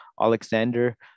Alexander